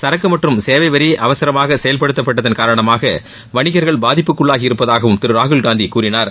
சரக்கு மற்றும் சேவை வரி அவசரமாக செயல்படுத்தப்பட்டதன் காரணமாக வணிகர்கள் பாதிப்புக்குள்ளாகி இருப்பதாகவும் திரு ராகுல்காந்தி கூறினார்